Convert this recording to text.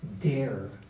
dare